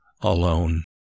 alone